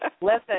Listen